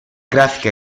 grafica